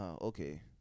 Okay